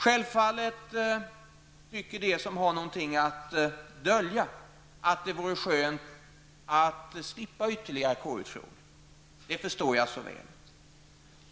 Självklart tycker de som har något att dölja att det vore skönt att slippa ytterligare KU-utfrågningar. Det förstår jag så väl.